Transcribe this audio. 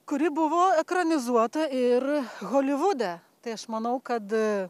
kuri buvo ekranizuota ir holivude tai aš manau kad